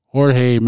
Jorge